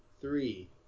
three